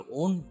own